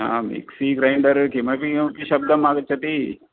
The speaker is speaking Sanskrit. मिक्सि ग्रैण्डर् किमपि किमपि शब्दम् आगच्छति